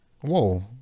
Whoa